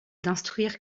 d’instruire